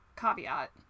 caveat